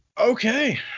okay